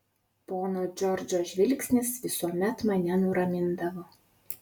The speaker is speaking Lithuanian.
pono džordžo žvilgsnis visuomet mane nuramindavo